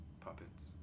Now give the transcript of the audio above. puppets